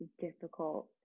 difficult